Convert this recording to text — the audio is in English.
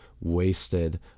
wasted